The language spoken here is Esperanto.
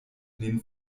nin